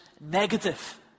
negative